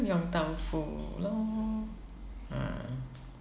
yong tau foo lor ah